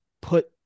put